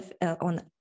on